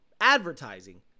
advertising